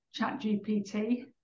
ChatGPT